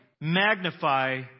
magnify